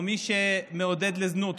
או מי שמעודד לזנות,